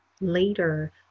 later